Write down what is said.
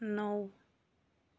نَو